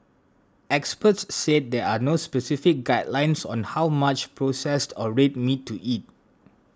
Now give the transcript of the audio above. experts said there are no specific guidelines on how much processed or red meat to eat